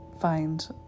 find